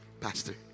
Pastor